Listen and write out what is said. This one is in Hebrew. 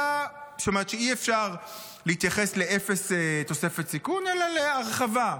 זאת אומרת שאי-אפשר להתייחס לאפס תוספת סיכון אלא להרחבה.